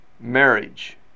marriage